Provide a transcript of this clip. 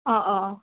ꯑꯥ ꯑꯥ ꯑꯥ